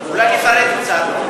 אולי תפרט קצת.